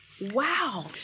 Wow